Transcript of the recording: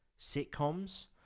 sitcoms